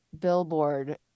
billboard